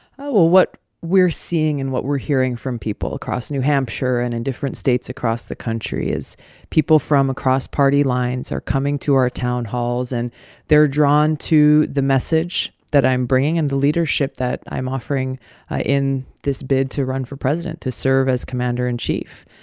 well, what we're seeing and what we're hearing from people across new hampshire and in different states across the country is people from across party lines are coming to our town halls, and they're drawn to the message that i'm bringing and the leadership that i'm offering ah in this bid to run for president to serve as commander in chief.